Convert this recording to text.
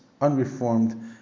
unreformed